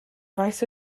faes